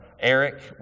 Eric